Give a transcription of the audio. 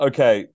Okay